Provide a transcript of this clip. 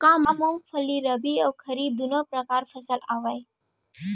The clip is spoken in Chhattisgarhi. का मूंगफली रबि अऊ खरीफ दूनो परकार फसल आवय?